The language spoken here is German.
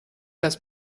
das